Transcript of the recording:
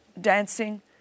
dancing